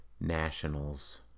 nationals